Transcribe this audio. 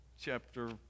chapter